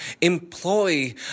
employ